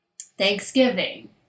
Thanksgiving